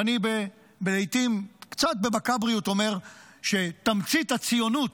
ואני, קצת במקבריות, אומר שתמצית הציונות